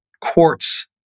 quartz